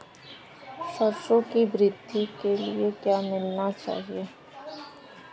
सरसों की वृद्धि के लिए क्या मिलाना चाहिए?